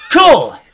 Cool